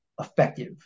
effective